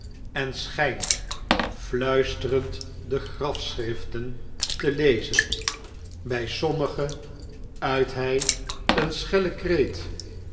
en schijnt fluisterend de grafsohriftein te lezen bij sommige uit hij een schellen kreet